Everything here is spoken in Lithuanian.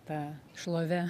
ta šlove